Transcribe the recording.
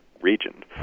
region